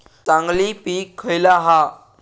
चांगली पीक खयला हा?